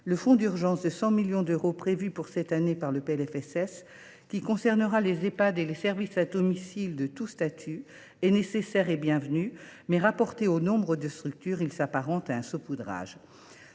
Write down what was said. le fonds d’urgence de 100 millions d’euros, prévu pour cette année par le PLFSS, qui concernera les Ehpad et les services à domicile de tous statuts, est nécessaire et bienvenu, mais, rapporté au nombre de structures, il s’apparente à un saupoudrage.